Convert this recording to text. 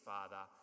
Father